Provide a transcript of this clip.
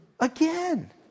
Again